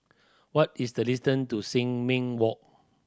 what is the distant to Sin Ming Walk